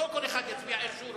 לא כל אחד יצביע איך שהוא רוצה.